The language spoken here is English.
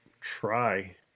try